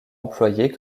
employée